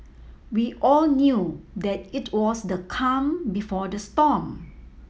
we all knew that it was the calm before the storm